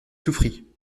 souffrit